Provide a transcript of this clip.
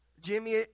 Jimmy